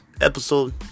episode